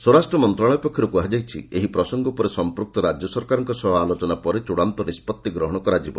ସ୍ୱରାଷ୍ଟ୍ର ମନ୍ତ୍ରଣାଳୟ ପକ୍ଷରୁ କୁହାଯାଇଛି ଏହି ପ୍ରସଙ୍ଗ ଉପରେ ସମ୍ପୁକ୍ତ ରାଜ୍ୟ ସରକାରଙ୍କ ସହ ଆଲୋଚନା ପରେ ଚୃଡ଼ାନ୍ତ ନିଷ୍ପତ୍ତି ଗ୍ରହଣ କରାଯିବ